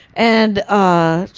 and ah,